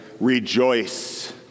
Rejoice